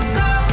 go